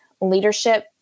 leadership